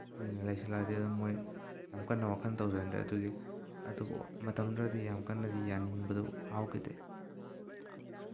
ꯀꯨꯏꯅ ꯂꯩꯁꯤꯜꯂꯛꯑꯗꯤ ꯑꯗꯨꯝ ꯃꯣꯏ ꯌꯥꯝ ꯀꯟꯅ ꯋꯥꯈꯜ ꯇꯧꯁꯤꯟꯗ꯭ꯔꯦ ꯑꯗꯨꯒꯤ ꯑꯗꯨꯕꯨ ꯃꯇꯝꯗꯨꯗꯗꯤ ꯌꯥꯝ ꯀꯟꯅꯗꯤ ꯌꯥꯅꯤꯡꯕꯗꯨ ꯐꯥꯎꯈꯤꯗꯦ